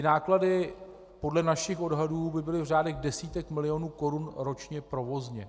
Náklady podle našich odhadů by byly v řádech desítek milionů korun ročně provozně.